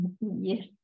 Yes